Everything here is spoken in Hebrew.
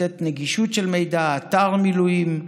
לתת נגישות למידע, אתר מילואים,